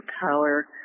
power